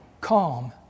calm